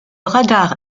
radar